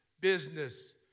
business